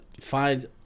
find